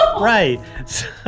Right